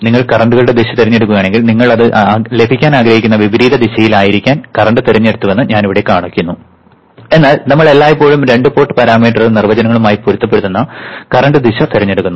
നിങ്ങൾ കറന്റുകളുടെ ദിശ തിരഞ്ഞെടുക്കുകയാണെങ്കിൽ നിങ്ങൾ അത് ലഭിക്കാൻ ആഗ്രഹിക്കുന്ന വിപരീത ദിശയിലായിരിക്കാൻ കറന്റ് തിരഞ്ഞെടുത്തുവെന്ന് ഞാൻ ഇവിടെ കാണിക്കുന്നു എന്നാൽ നമ്മൾ എല്ലായ്പ്പോഴും രണ്ട് പോർട്ട് പാരാമീറ്റർ നിർവചനങ്ങളുമായി പൊരുത്തപ്പെടുന്ന നിലവിലെ ദിശ തിരഞ്ഞെടുക്കുന്നു